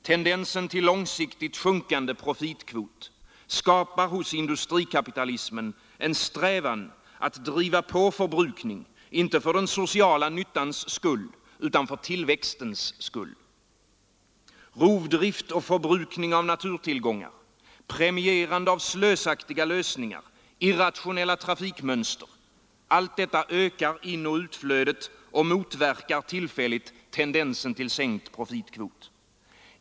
Tendensen till långsiktigt sjunkande profitkvot skapar hos industrikapitalismen en strävan att driva på förbrukningen, inte för den sociala nyttans skull utan för tillväxtens skull. Rovdrift och förbrukning av naturtillgångar, premierande av slösaktiga lösningar, irrationella trafikmönster — allt detta ökar inoch utflödet och motverkar tillfälligt tendensen till sänkt profitkvot.